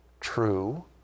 true